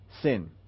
sin